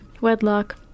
Wedlock